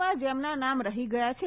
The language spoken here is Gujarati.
માં જેમના નામ રહી ગયા છે